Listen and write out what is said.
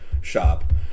shop